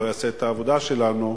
לא יעשה את העבודה שלנו.